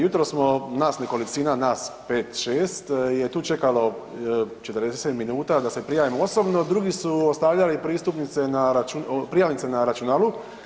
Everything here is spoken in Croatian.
Jutros smo, nas nekolicina nas, 5, 6 je tu čekalo 40 minuta da se prijavimo osobno, drugi su ostavljali pristupnice na .../nerazumljivo/... prijavnice na računalu.